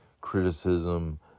criticism